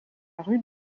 rue